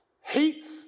hate